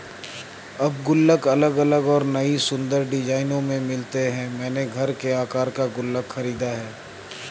अब गुल्लक अलग अलग और नयी सुन्दर डिज़ाइनों में मिलते हैं मैंने घर के आकर का गुल्लक खरीदा है